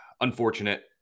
unfortunate